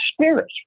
spirits